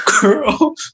girl